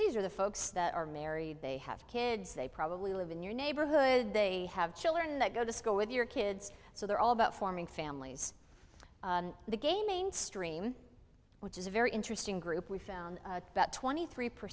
these are the folks that are married they have kids they probably live in your neighborhood they have children that go to school with your kids so they're all about forming families the gaming stream which is a very interesting group we found about twenty three per